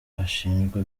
ashinjwa